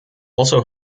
also